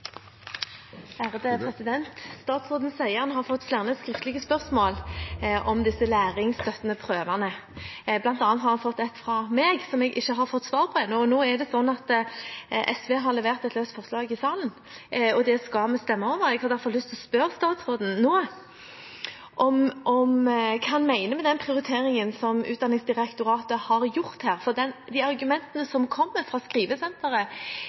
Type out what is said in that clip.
Statsråden sier han har fått flere skriftlige spørsmål om de læringsstøttende prøvene. Blant annet har han fått ett fra meg, som jeg ikke har fått svar på ennå. SV har levert et løst forslag i salen, og det skal vi stemme over. Jeg har derfor lyst til å spørre statsråden nå om hva han mener med den prioriteringen som Utdanningsdirektoratet har gjort her, for de argumentene som kommer fra Skrivesenteret,